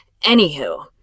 Anywho